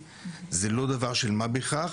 זה לא דבר של מה בכך.